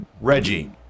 Reggie